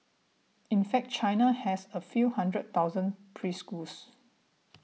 in fact China has a few hundred thousand preschools